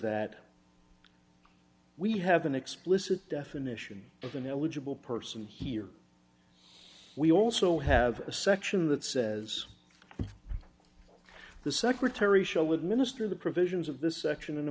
that we have an explicit definition of an eligible person here we also have a section that says the secretary show with minister the provisions of this section in a